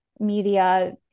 Media